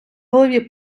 голові